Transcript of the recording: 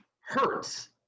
hurts